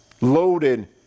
loaded